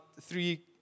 three